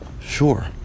sure